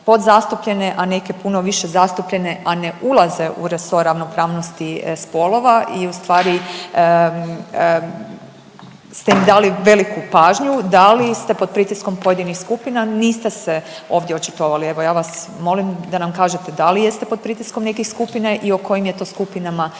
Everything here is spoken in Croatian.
a neke puno više zastupljene a ne ulaze u resor ravnopravnosti spolova i u stvari ste im dali veliku pažnju. Da li ste pod pritiskom pojedinih skupina niste se ovdje očitovali. Evo ja vas molim da nam kažete da li jeste pod pritiskom nekih skupina i o kojim je to skupinama riječ.